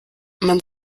man